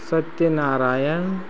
Satyanarayan